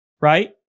right